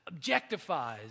objectifies